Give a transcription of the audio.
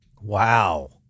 Wow